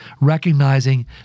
recognizing